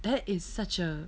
that is such a